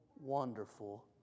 wonderful